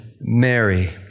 Mary